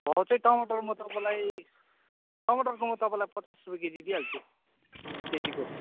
भाउ चाहिँ टमाटर म तपाईँलाई टमाटरको म तपाईँलाई पचास रुपियाँ केजी दिइहाल्छु केजीको